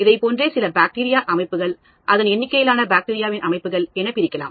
இதைப்போன்றே சில பாக்டீரியா அமைப்புகள் அதிக எண்ணிக்கையிலான பாக்டீரியா அமைப்புகள் என பிரிக்கலாம்